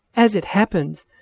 as it happens,